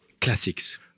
classics